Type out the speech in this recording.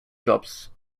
jobs